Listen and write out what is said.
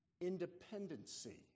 Independency